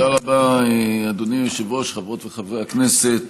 תודה רבה, אדוני היושב-ראש,